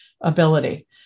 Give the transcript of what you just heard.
ability